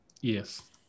Yes